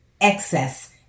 excess